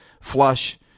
flush